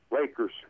Lakers